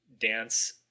dance